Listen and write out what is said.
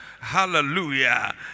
hallelujah